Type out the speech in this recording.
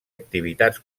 activitats